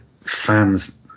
fans